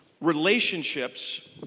Relationships